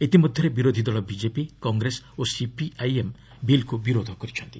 ଇତିମଧ୍ୟରେ ବିରୋଧି ଦଳ ବିକେପି କଂଗ୍ରେସ୍ ଓ ସିପିଆଇଏମ୍ ବିଲ୍କୁ ବିରୋଧ କରିଛନ୍ତି